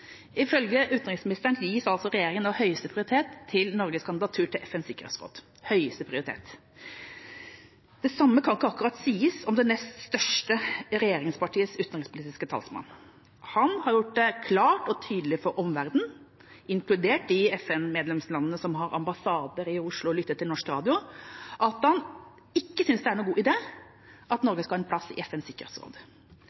Ifølge utenriksministeren gir altså regjeringa nå høyeste prioritet til Norges kandidatur til FNs sikkerhetsråd – høyeste prioritet. Det samme kan ikke akkurat sies om det nest største regjeringspartiets utenrikspolitiske talsmann. Han har gjort det klart og tydelig for omverdenen, inkludert for FN-medlemslandene som har ambassader i Oslo og lytter til norsk radio, at han ikke synes det er noen god idé at